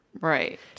Right